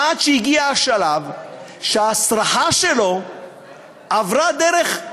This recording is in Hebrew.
עד שהגיע השלב שההצלחה שלו עברה דרך,